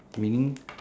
you mean